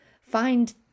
find